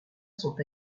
sont